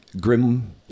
Grim